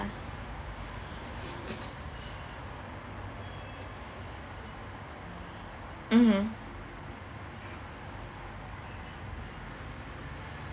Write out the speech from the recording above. mmhmm